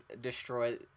destroy